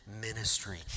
ministry